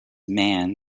man